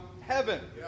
heaven